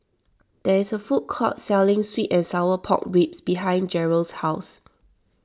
there is a food court selling Sweet and Sour Pork Ribs behind Jarrell's house